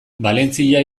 valentzia